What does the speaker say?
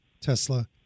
Tesla